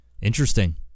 Interesting